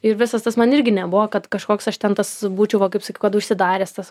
ir visas tas man irgi nebuvo kad kažkoks aš ten tas būčiau va kaip sakiau kad užsidaręs tas